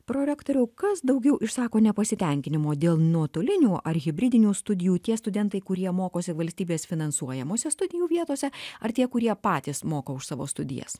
prorektoriau kas daugiau išsako nepasitenkinimo dėl nuotolinių ar hibridinių studijų tie studentai kurie mokosi valstybės finansuojamose studijų vietose ar tie kurie patys moka už savo studijas